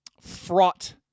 fraught